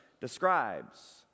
describes